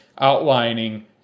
outlining